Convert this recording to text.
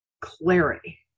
clarity